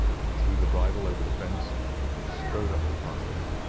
he threw the bridle over the fence and strode up the pathway.